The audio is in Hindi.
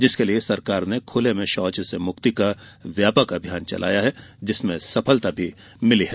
जिसके लिए सरकार ने खुले में शौच से मुक्ति का व्यापक अभियान चलाया और जिसमें सफलता भी मिली है